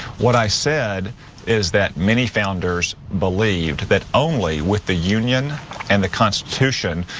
what i said is that, many founders believed that only with the union and the constitution,